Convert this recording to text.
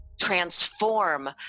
transform